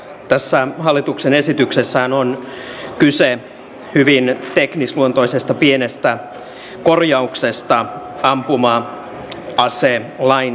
tässä hallituksen esityksessähän on kyse hyvin teknisluontoisesta pienestä korjauksesta ampuma aselainsäädännössä